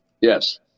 Yes